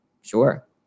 sure